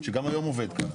שגם היום עובד ככה.